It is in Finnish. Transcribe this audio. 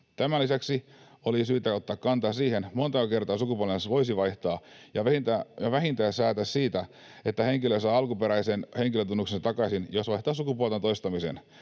Tämän lisäksi olisi syytä ottaa kantaa siihen, montako kertaa sukupuolensa voisi vaihtaa, ja vähintään säätää siitä, että henkilö saa alkuperäisen henkilötunnuksensa takaisin, jos vaihtaa sukupuoltaan toistamiseen.